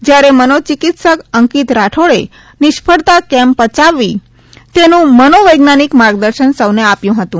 જ્યારે મનોચિકિત્સક અંકિત રાઠોડે નિષ્ફળતા કેમ પયાવવી તેનું મનોવૈજ્ઞાનિક માર્ગદર્શન સૌને આપ્યું હતું